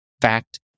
fact